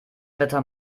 wetter